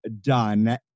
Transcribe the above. done